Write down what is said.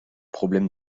problème